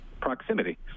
proximity